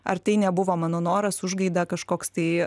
ar tai nebuvo mano noras užgaida kažkoks tai